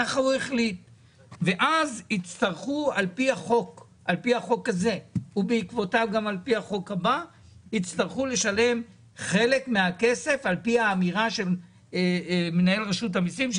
על פי החוק הזה והבא יצטרכו לשלם על פי האמירה של מנהל רשות המיסים,